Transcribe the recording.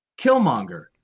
Killmonger